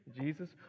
Jesus